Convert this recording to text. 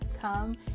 come